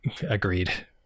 Agreed